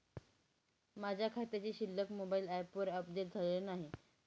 माझ्या खात्याची शिल्लक मोबाइल ॲपवर अपडेट झालेली नाही